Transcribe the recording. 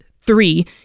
three